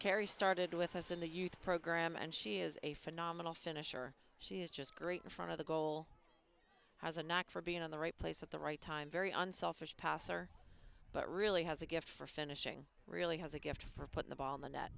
carry started with us in the youth program and she is a phenomenal finisher she is just great in front of the goal has a knack for being on the right place at the right time very unselfish passer but really has a gift for finishing really has a gift for putting the ball in the net that